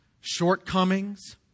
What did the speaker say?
shortcomings